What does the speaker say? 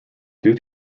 due